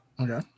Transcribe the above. Okay